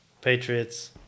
Patriots